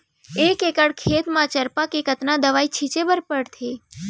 एक एकड़ खेत म चरपा के कतना दवई छिंचे बर पड़थे?